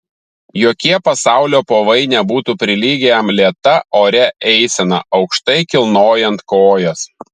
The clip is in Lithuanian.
jokie pasaulio povai nebūtų prilygę jam lėta oria eisena aukštai kilnojant kojas